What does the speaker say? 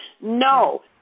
No